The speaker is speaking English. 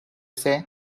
say